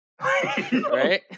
Right